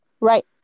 Right